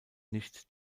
nicht